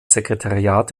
sekretariat